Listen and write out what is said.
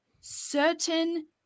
certain